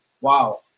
wow